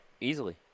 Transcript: easily